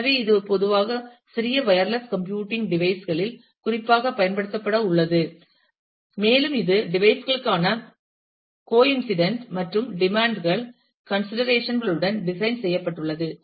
எனவே இது பொதுவாக சிறிய வயர்லெஸ் கம்ப்யூட்டிங் டிவைஸ் களில் குறிப்பாக பயன்படுத்தபட உள்ளது மேலும் இது டிவைஸ் களுக்கான coincident மற்றும் டிமான்ட் கள் கன்சிடரேஷன்ஸ் களுடன் டிசைன் செய்யப்பட்டுள்ளது